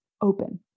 open